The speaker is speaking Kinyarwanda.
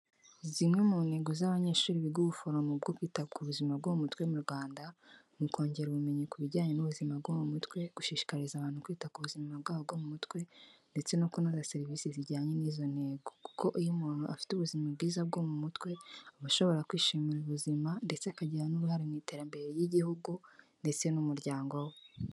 Zimwe mu ntego z'abanyeshuri biga ubuforomo bwo kwita ku buzima bwo mu mutwe mu Rwanda. Ni ukongera ubumenyi ku bijyanye n'ubuzima bwo mu mutwe, gushishikariza abantu kwita ku buzima bwabo bwo mu mutwe, ndetse no kunoza serivisi zijyanye n'izo ntego. Kuko iyo umuntu afite ubuzima bwiza bwo mu mutwe aba ashobora kwishimira ubuzima, ndetse akagira n'uruhare mu iterambere ry'igihugu ndetse n'umuryango we.